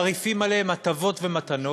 מרעיפים עליהם הטבות ומתנות,